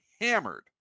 hammered